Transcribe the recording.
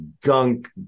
gunk